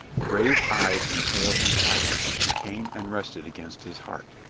grave-eyed and pale and silent, she came and rested against his heart.